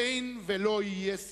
אין ולא יהיה סיכוי.